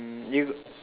hmm you